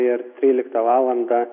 ir tryliaktą valandą